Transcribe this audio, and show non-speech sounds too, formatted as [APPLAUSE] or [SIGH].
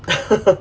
[LAUGHS]